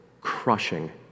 crushing